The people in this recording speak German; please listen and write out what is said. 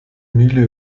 mühle